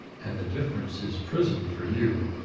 and the difference is prison for you.